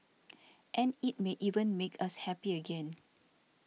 and it may even make us happy again